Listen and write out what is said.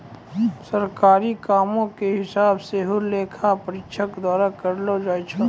सरकारी कामो के हिसाब सेहो लेखा परीक्षक द्वारा करलो जाय छै